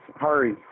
Hurry